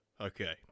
Okay